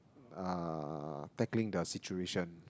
uh tackling the situation